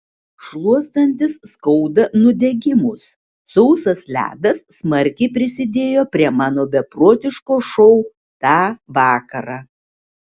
šluostantis skauda nudegimus sausas ledas smarkiai prisidėjo prie mano beprotiško šou tą vakarą